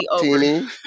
teeny